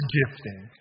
gifting